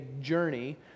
journey